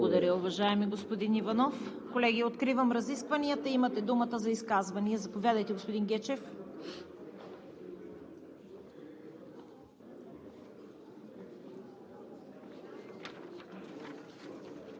Благодаря, уважаеми господи Иванов. Колеги, откривам разискванията. Имате думата за изказвания. Заповядайте, господин Гечев.